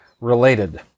Related